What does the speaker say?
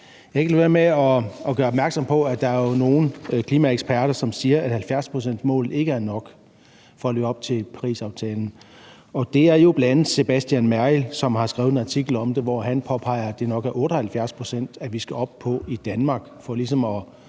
med at gøre opmærksom på, at der jo er nogle klimaeksperter, som siger, at 70-procentsmålet ikke er nok til at leve op til Parisaftalen. Det er jo bl.a. Sebastian Merrild, som har skrevet en artikel om det, hvor han påpeger, at det nok er 78 pct., vi skal op på i Danmark